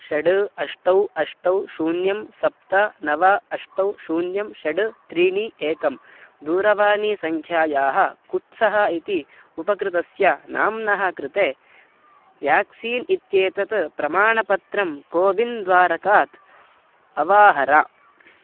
षट् अष्ट अष्ट शून्यं सप्त नव अष्ट शून्यं षट् त्रीणि एकं दूरवाणीसङ्ख्यायाः कुत्सः इति उपकृतस्य नाम्नः कृते व्याक्सीन् इत्येतत् प्रमाणपत्रं कोविन् द्वारकात् अवाहर